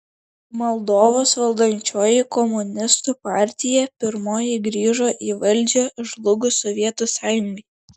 moldovos valdančioji komunistų partija pirmoji grįžo į valdžią žlugus sovietų sąjungai